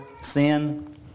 sin